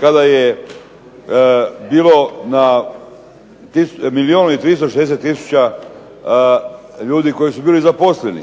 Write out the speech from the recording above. kada je bilo na milijun i 360000 ljudi koji su bili zaposleni,